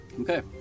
Okay